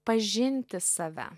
pažinti save